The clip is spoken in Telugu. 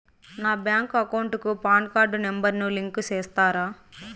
నా బ్యాంకు అకౌంట్ కు పాన్ కార్డు నెంబర్ ను లింకు సేస్తారా?